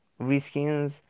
reskins